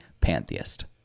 pantheist